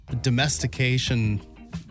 domestication